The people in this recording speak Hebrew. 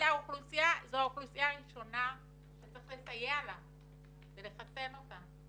זו האוכלוסייה הראשונה שצריך לסייע לה ולחסן אותה.